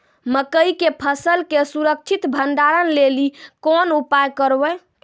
मकई के फसल के सुरक्षित भंडारण लेली कोंन उपाय करबै?